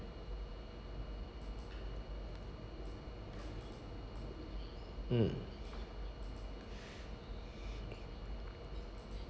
mm